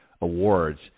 Awards